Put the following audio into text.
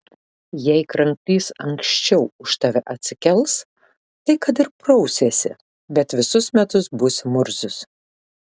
jei kranklys anksčiau už tave atsikels tai kad ir prausiesi bet visus metus būsi murzius